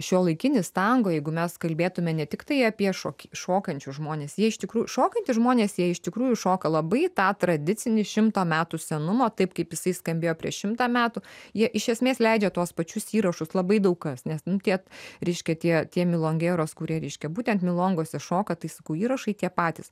šiuolaikinis tango jeigu mes kalbėtume ne tiktai apie šok šokančius žmones jie iš tikrųjų šokantys žmonės jie iš tikrųjų šoka labai tą tradicinį šimto metų senumo taip kaip jisai skambėjo prieš šimtą metų jie iš esmės leidžia tuos pačius įrašus labai daug kas nes tie reiškia tie tie milongeros kurie reiškia būtent milongose šoka tai sakau įrašai tie patys